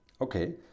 Okay